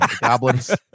Goblins